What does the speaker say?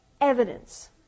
evidence